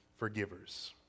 forgivers